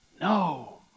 No